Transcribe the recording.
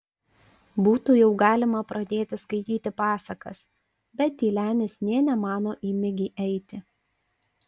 būtų jau galima pradėti skaityti pasakas bet tylenis nė nemano į migį eiti